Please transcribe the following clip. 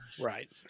Right